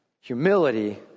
humility